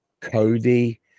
Cody